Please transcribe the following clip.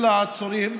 של העצורים,